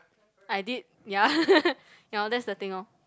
I did ya ya orh that's the thing orh